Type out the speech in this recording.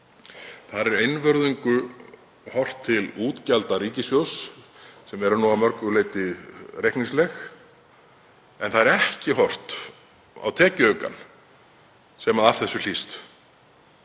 Þar er einvörðungu horft til útgjalda ríkissjóðs, sem eru að mörgu leyti reikningsleg, en það er ekki horft á tekjuaukann sem af þessu hlýst.